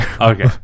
okay